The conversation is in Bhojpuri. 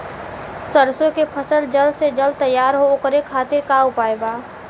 सरसो के फसल जल्द से जल्द तैयार हो ओकरे खातीर का उपाय बा?